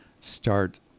start